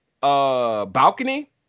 balcony